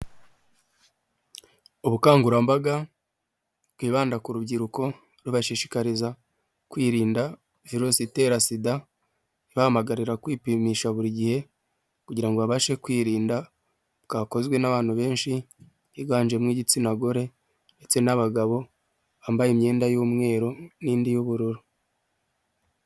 Ubukangurambaga bwibanda ku rubyiruko rubashishikariza kwirinda virusi itera Sida, ibahamagarira kwipimisha buri gihe kugira ngo babashe kwirinda, bwakozwe n'abantu benshi higanjemo igitsina gore ndetse n'abagabo bambaye imyenda y'umweru n'indi y'ubururu.